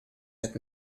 had